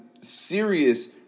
serious